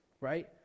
right